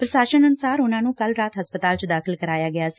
ਪੁਸ਼ਾਸਨ ਅਨੁਸਾਰ ਉਨੂਂ ਨੂੰ ਕੱਲ ਰਾਤ ਹਸਪਤਾਲ ਚ ਦਾਖਲ ਕਰਾਇਆ ਗਿਆ ਸੀ